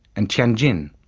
and tianjin.